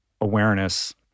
awareness